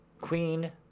Queen